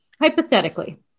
Hypothetically